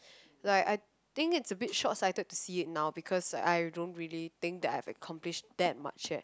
like I think it's a bit short sighted to see it now because I don't really think that I've accomplished that much yet